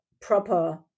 proper